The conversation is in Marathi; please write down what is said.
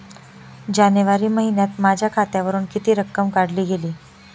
जानेवारी महिन्यात माझ्या खात्यावरुन किती रक्कम काढली गेली?